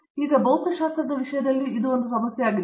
ಈಗ ಭೌತಶಾಸ್ತ್ರದ ವಿಷಯದಲ್ಲಿ ಇದು ಒಂದು ಸಮಸ್ಯೆಯಾಗಿದೆ